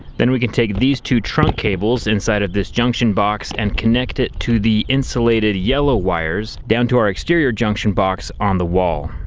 then we can take these two trunk cables inside of this junction box and connect it to the insulated yellow wires down to our exterior junction box on the wall.